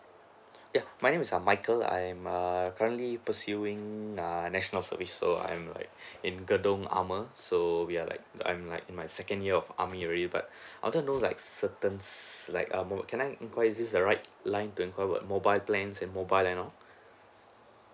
ya my name is err michael I'm err currently pursuing err national service so I'm like in gedung armour so we are like I'm like in my second year of army already but I want to know like certains like a mod~ can I enquire is this the right line to enquire about mobile plans and mobile and all